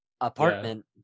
apartment